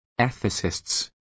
ethicists